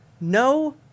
No